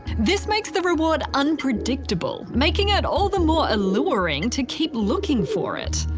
this makes the reward unpredictable, making it all the more alluring to keep looking for it.